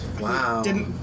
Wow